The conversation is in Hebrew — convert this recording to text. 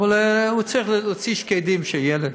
הוא צריך להוציא שקדים לילד,